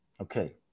okay